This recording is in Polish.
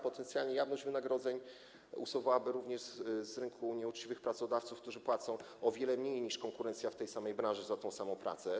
Potencjalnie jawność wynagrodzeń usuwałaby również z rynku nieuczciwych pracodawców, którzy płacą o wiele mniej niż konkurencja w tej samej branży za tę samą pracę.